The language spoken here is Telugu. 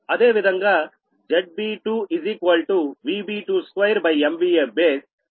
అదేవిధంగా ZB2VB22MVA base